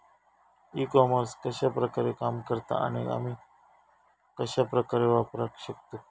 E commerce कश्या प्रकारे काम करता आणि आमी कश्या प्रकारे वापराक शकतू?